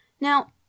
Now